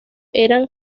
era